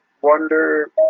wonder